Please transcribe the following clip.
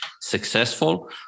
successful